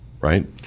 right